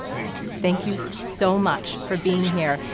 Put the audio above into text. thank you. thank you so much for being here.